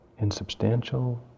insubstantial